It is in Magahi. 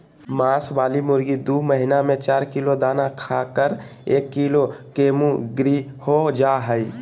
मांस वाली मुर्गी दू महीना में चार किलो दाना खाकर एक किलो केमुर्गीहो जा हइ